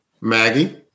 Maggie